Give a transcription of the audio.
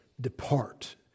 depart